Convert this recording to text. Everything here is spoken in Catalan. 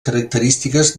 característiques